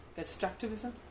Constructivism